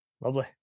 lovely